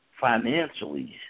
financially